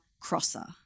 crosser